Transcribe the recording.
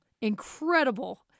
Incredible